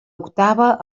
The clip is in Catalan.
octava